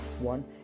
one